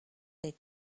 they